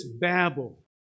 babble